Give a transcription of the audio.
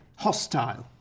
hostile,